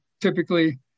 typically